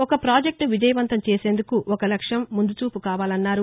ఒక ప్రాజెక్ల్ను విజయవంతం చేసేందుకు ఒక లక్ష్యం ముందుచూపు కావాలన్నారు